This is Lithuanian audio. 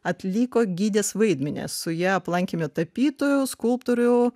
atliko gidės vaidmenį su ja aplankėme tapytojų skulptorių